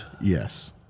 Yes